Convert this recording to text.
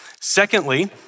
Secondly